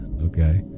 Okay